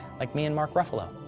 like me and mark ruffalo.